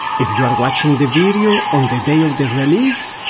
if you are watching the video on the day of the release,